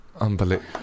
Unbelievable